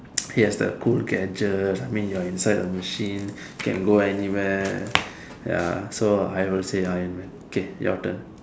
he has the cool gadgets I mean you're inside the machine you can go anywhere ya so I will say Iron-man k your turn